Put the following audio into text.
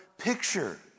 picture